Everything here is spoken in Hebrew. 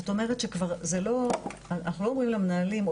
זאת אומרת שאנחנו לא אומרים למנהלים,